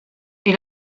est